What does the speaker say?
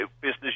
Business